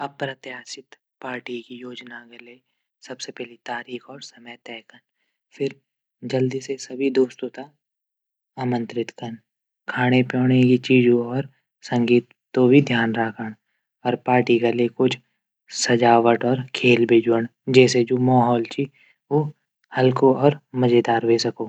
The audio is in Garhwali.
अप्रत्याशित पार्टी योजना क लिए सबसे पैली तारीख और समय तैय कन। फिर जल्दी से सभी दोस्तों तै आंमत्रित कन खाणा पीणा यू चीजों और यू संगीत कू भी ध्यान रखण पार्टी कुछ सजावट और खेल भी जुण जैसे जू महोल च हल्कू और मजेदार ह्वे सौक।